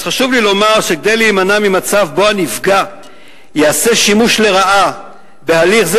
אז חשוב לי לומר שכדי להימנע ממצב שבו הנפגע יעשה שימוש לרעה בהליך זה